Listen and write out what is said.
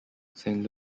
saint